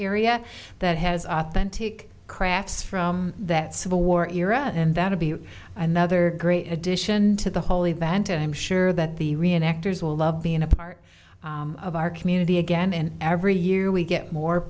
area that has authentic crafts from that civil war era and that would be another great addition to the whole event and i'm sure that the reactors will love being a part of our community again and every year we get more